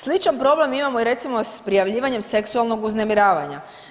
Sličan problem imamo i recimo, s prijavljivanjem seksualnog uznemiravanja.